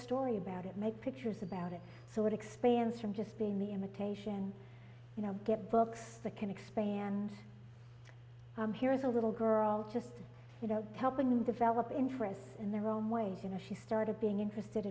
story about it make pictures about it so it expands from just being the imitation you know get books that can expand here's a little girl just you know helping them develop interests in their own ways you know she started being interested